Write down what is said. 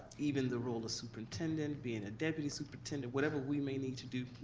even the role of superintendent, being a deputy superintendent, whatever we may need to do,